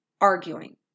arguing